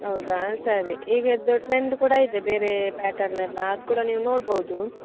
ಹೌದಾ ಸರಿ ಈಗ ಇದು ಟ್ರೆಂಡ್ ಕೂಡ ಇದೆ ಬೇರೆ ಪ್ಯಾಟರ್ನೆಲ್ಲ ಅದು ಕೂಡ ನೀವು ನೋಡ್ಬೋದು